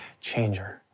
changer